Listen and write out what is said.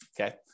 okay